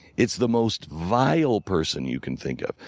it's the most vile person you can think of,